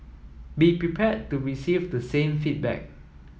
be prepared to receive the same feedback